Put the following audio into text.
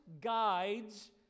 guides